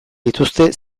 dituzte